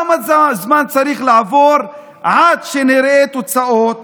כמה זמן צריך לעבור עד שנראה תוצאות?